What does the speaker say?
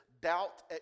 doubt